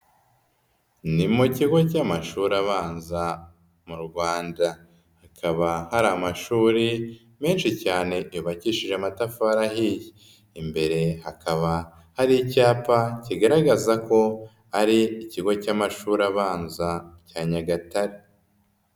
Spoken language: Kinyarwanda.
Ni mu kigo cy'amashuri abanza mu Rwanda. Hakaba hari amashuri menshi cyane yubakishije amatafari ahiye. Imbere hakaba hari icyapa kigaragaza ko ari ikigo cy'amashuri abanza cya Nyagatare.